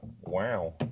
wow